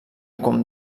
com